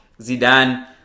Zidane